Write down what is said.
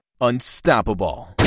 unstoppable